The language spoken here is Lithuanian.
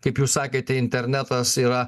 kaip jūs sakėte internetas yra